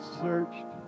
searched